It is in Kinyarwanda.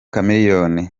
chameleone